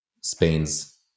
Spain's